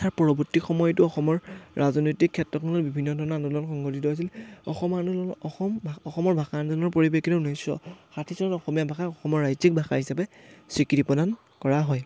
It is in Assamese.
তাৰ পৰৱৰ্তী সময়তো অসমৰ ৰাজনৈতিক ক্ষেত্ৰখনত বিভিন্ন ধৰণৰ আন্দোলন সংগঠিত হৈছিল অসম আন্দোলনৰ অসম অসমৰ ভাষা আন্দোলনৰ পৰিৱেশটো ঊনৈছশ ষাঠি চনত অসমীয়া ভাষা অসমৰ ৰাজ্যিক ভাষা হিচাপে স্বীকৃতি প্ৰদান কৰা হয়